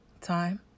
time